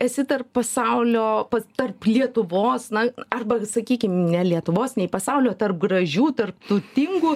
esi tarp pasaulio tarp lietuvos na arba sakykim ne lietuvos nei pasaulio tarp gražių tarp turtingų